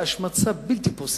בהשמצה בלתי פוסקת,